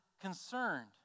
concerned